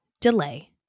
delay